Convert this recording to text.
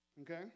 Okay